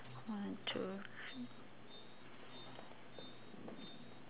one two three